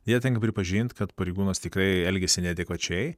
deja tenka pripažint kad pareigūnas tikrai elgėsi neadekvačiai